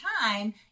time